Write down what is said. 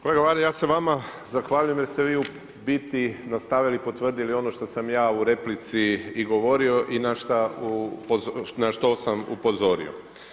Kolega Varda, ja se vama zahvaljujem jer ste vi u biti nastavili, potvrdili ono što sam ja u replici i govorio i na što sam upozorio.